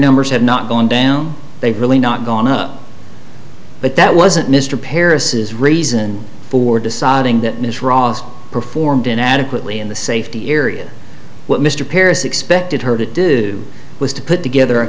numbers have not gone down they've really not gone up but that wasn't mr paris's reason for deciding that ms ross performed in adequately in the safety area what mr paris expected her to do was to put together a